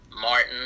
Martin